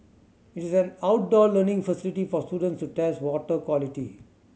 it is an outdoor learning facility for students to test water quality